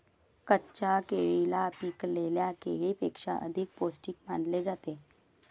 कच्च्या केळीला पिकलेल्या केळीपेक्षा अधिक पोस्टिक मानले जाते